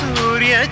Surya